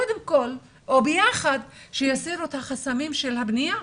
קודם כל או ביחד, שיסירו את החסמים של הבנייה,